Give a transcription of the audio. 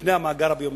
מפני המאגר הביומטרי.